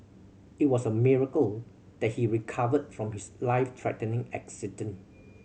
it was a miracle that he recovered from his life threatening accident